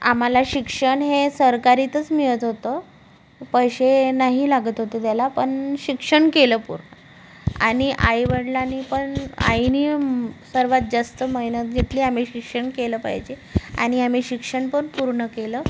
आम्हाला शिक्षण हे सरकारीतच मिळत होतं पैसे नाही लागत होते त्याला पण शिक्षण केलं पुरं आणि आईवडिलांनी पण आईनी सर्वात जास्त मेहनत घेतली आम्ही शिक्षण केलं पाहिजे आणि आम्ही शिक्षण पण पूर्ण केलं